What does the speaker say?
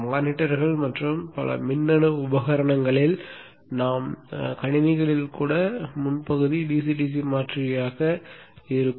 மானிட்டர்கள் மற்றும் பல மின்னணு உபகரணங்களில் உள்ள நம் கணினிகளில் கூட முன் பகுதி DC DC மாற்றியாக இருக்கும்